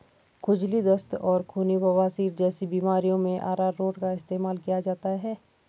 खुजली, दस्त और खूनी बवासीर जैसी बीमारियों में अरारोट का इस्तेमाल किया जाता है